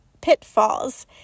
pitfalls